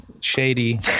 shady